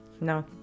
No